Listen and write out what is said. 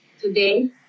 today